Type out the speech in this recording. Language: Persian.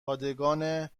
پادگان